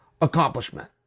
accomplishment